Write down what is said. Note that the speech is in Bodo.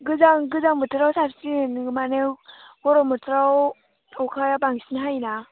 गोजां बोथोराव साबसिन माने गरम बोथोराव अखाया बांसिन हायोना